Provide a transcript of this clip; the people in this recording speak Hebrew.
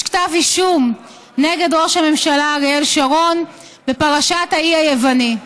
כתב אישום נגד ראש הממשלה אריאל שרון בפרשת האי היווני.